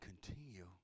Continue